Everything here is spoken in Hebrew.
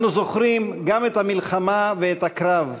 אנו זוכרים גם את המלחמה ואת הקרב,